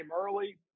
early